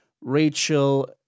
Rachel